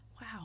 Wow